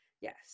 yes